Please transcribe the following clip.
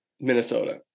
Minnesota